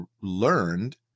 learned